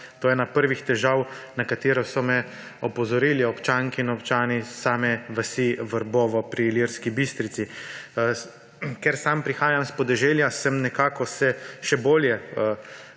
to ena prvih težav, na katero so me opozorili občanke in občani iz vasi Vrbovo pri Ilirski Bistrici. Ker sam prihajam s podeželja, sem se še bolje